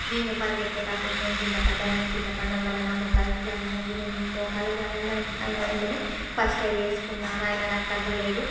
నేను పరుగెత్తేటప్పుడు నేను క్రింద పడ్డాను నేను క్రింద పడటం వల్ల నా మోకాలికి గాయమైంది నేను మోకాళ్ళ గాయం అ అయినా వెంటనే ఫస్ట్ ఎయిడ్ చేసుకున్నాను అయినా నాకు తగ్గలేదు